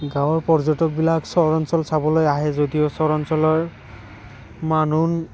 গাঁৱৰ পৰ্যটকবিলাক চহৰ অঞ্চল চাবলৈ আহে যদিও চহৰ অঞ্চলৰ মানুহ